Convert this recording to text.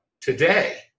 today